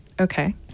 Okay